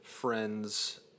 friends